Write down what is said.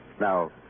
Now